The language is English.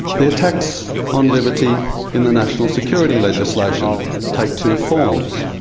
the attacks on liberty in the national security legislation take two forms.